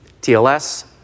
TLS